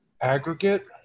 aggregate